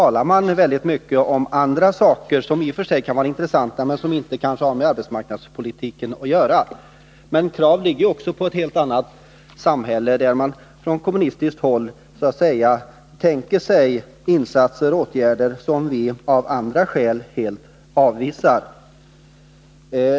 Det talas också mycket om andra saker, som i och för sig kan vara intressanta men som inte har med arbetsmarknadspolitiken att göra. Från kommunistiskt håll ställs krav på ett helt annat samhälle, där man tänker sig insatser och åtgärder som vi av olika skäl helt avvisar.